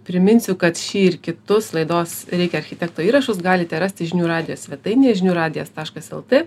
priminsiu kad šį ir kitus laidos reikia architekto įrašus galite rasti žinių radijo svetainėje žinių radijas taškas lt